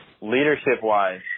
leadership-wise